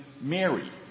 Mary